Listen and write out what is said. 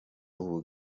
ubu